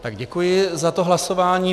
Tak děkuji za to hlasování.